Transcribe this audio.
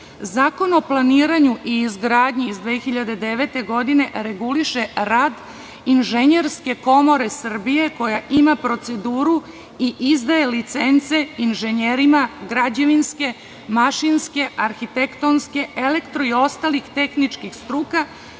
Zakon o planiranju i izgradnji iz 2009. godine reguliše rad Inženjerske komore Srbije koja ima proceduru i izdaje licence inženjerima građevinske, mašinske, arhitektonske, elektro i ostalih tehničkih struka,